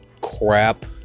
crap